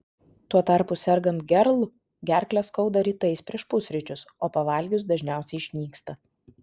tuo tarpu sergant gerl gerklę skauda rytais prieš pusryčius o pavalgius dažniausiai išnyksta